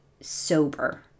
sober